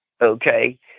okay